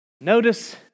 Notice